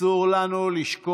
חבריי חברי הכנסת, מכובדיי השרים,